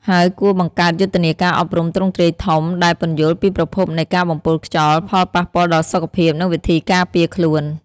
ហើយគួរបង្កើតយុទ្ធនាការអប់រំទ្រង់ទ្រាយធំដែលពន្យល់ពីប្រភពនៃការបំពុលខ្យល់ ផលប៉ះពាល់ដល់សុខភាព និងវិធីការពារខ្លួន។